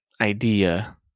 idea